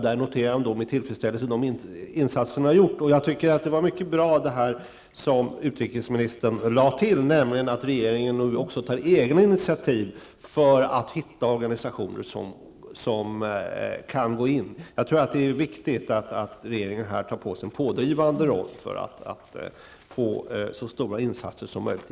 Där noterar jag med tillfredsställelse de insatser som man har gjort. Det var mycket bra detta som utrikesministern lade till, nämligen att regeringen också tar egna initiativ för att hitta organisationer som kan gå in. Det är viktigt att regeringen tar på sig en pådrivande roll här för att få igenom så stora insatser som möjligt.